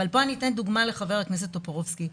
ופה אני אביא דוגמה לחבר הכנסת טופורובסקי,